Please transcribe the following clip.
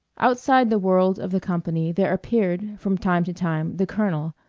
outside the world of the company there appeared, from time to time, the colonel,